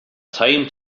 time